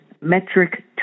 metric